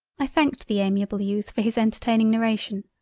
i thanked the amiable youth for his entertaining narration,